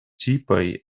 tipaj